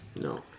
No